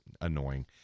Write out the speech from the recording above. annoying